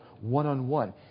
one-on-one